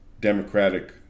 democratic